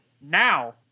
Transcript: Now